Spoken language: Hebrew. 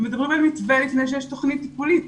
מדברים על מתווה לפני שיש תוכנית טיפולית.